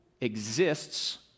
exists